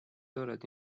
دارد